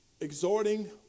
Exhorting